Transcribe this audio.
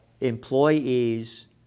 employees